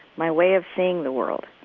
my way of seeing the world,